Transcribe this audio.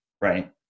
right